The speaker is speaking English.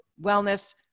wellness